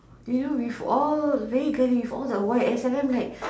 you know with all very girly for all the YSL and them I'm like